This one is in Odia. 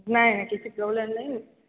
ନାଇ ନାଇ କିଛି ପ୍ରୋବ୍ଲେମ୍ ନାହିଁ